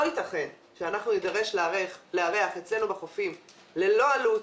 לא ייתכן שנידרש לארח אצלנו בחופים ללא עלות